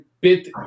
bit